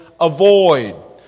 Avoid